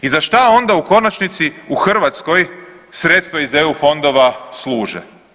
I za šta onda u konačnici u Hrvatskoj sredstva iz eu fondova služe?